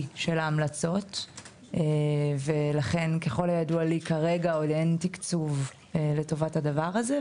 של ההמלצות ולכן ככל הידוע לי כרגע עוד אין תקצוב לטובת הדבר הזה,